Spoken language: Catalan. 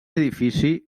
edifici